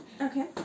Okay